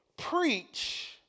Preach